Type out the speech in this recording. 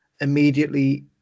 immediately